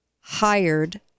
hired